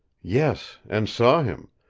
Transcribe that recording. yes, and saw him.